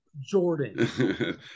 Jordan